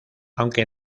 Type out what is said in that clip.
aunque